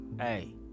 hey